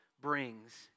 brings